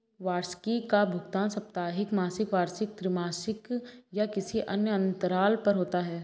वार्षिकी का भुगतान साप्ताहिक, मासिक, वार्षिक, त्रिमासिक या किसी अन्य अंतराल पर होता है